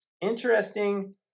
interesting